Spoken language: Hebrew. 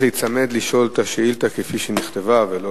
צריך להיצמד לשאילתא כפי שנכתבה ולא